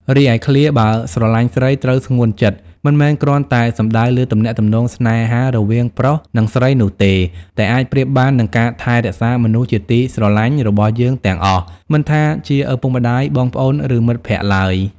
រីឯឃ្លា បើស្រឡាញ់ស្រី ត្រូវស្ងួនចិត្ត មិនមែនគ្រាន់តែសំដៅលើទំនាក់ទំនងស្នេហារវាងប្រុសនិងស្រីនោះទេ តែអាចប្រៀបបាននឹងការថែរក្សាមនុស្សជាទីស្រឡាញ់របស់យើងទាំងអស់ មិនថាជាឪពុកម្តាយ បងប្អូន ឬមិត្តភក្តិឡើយ។